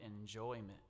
enjoyment